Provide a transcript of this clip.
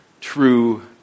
true